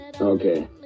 Okay